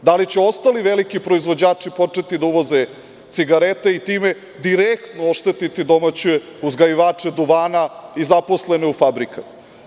Da li će ostali veliki proizvođači početi da uvoze cigarete i time direktno oštetiti domaće uzgajivače duvana i zaposlene u fabrikama?